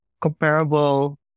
comparable